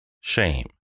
shame